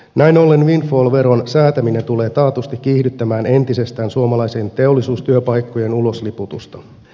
näin ollen windfall veron säätäminen tulee taatusti kiihdyttämään entisestään suomalaisten teollisuustyöpaikkojen ulosliputusta